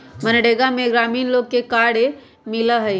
मनरेगा में ग्रामीण लोग के कार्य मिला हई